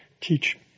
teach